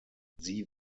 sie